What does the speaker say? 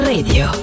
Radio